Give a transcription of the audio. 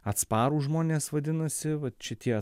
atsparūs žmonės vadinasi vat šitie